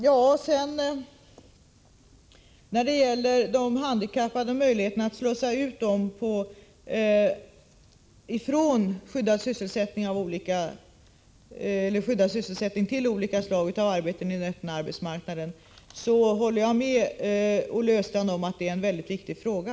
Jag håller vidare med Olle Östrand om att möjligheterna att slussa ut handikappade från skyddad sysselsättning till olika slag av arbeten på den öppna arbetsmarknaden är en väldigt viktig fråga.